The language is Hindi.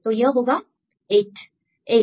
तो यह होगा स्टूडेंट 8 8